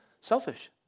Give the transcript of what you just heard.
Selfish